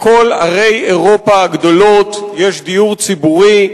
בכל ערי אירופה הגדולות יש דיור ציבורי.